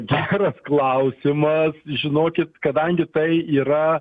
geras klausimas žinokit kadangi tai yra